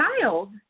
child